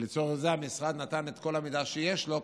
ולצורך זה המשרד נתן את כל המידע שיש לו,